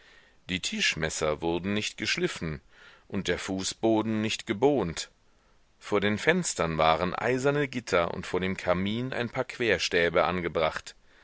die tischmesser wurden nicht geschliffen und der fußboden nicht gebohnt vor den fenstern waren eiserne gitter und vor dem kamin ein paar querstäbe angebracht